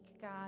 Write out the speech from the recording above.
God